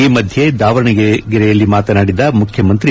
ಈ ಮಧ್ಯೆ ದಾವಣಗೆರೆಯಲ್ಲಿ ಮಾತನಾಡಿದ ಮುಖ್ಯಮಂತ್ರಿ